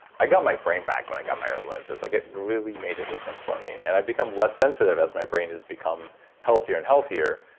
i got my brain back when i got my irlen lenses. like it really made a difference for me. and i become less sensitive as my brain has become healthier and healthier,